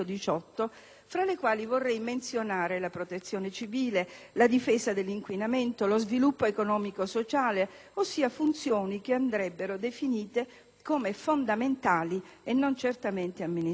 tra le quali vorrei menzionare la protezione civile, la difesa dall'inquinamento, lo sviluppo economico-sociale, ossia funzioni che andrebbero definite come fondamentali e non certamente amministrative.